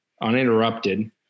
uninterrupted